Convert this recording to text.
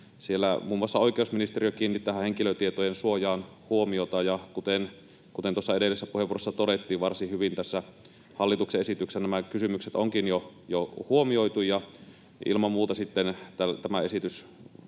Siellä muun muassa oikeusministeriö kiinnitti tähän henkilötietojen suojaan huomiota. Kuten tuossa edellisessä puheenvuorossa todettiin, varsin hyvin tässä hallituksen esityksessä nämä kysymykset onkin jo huomioitu, ja ilman muuta tämä esitys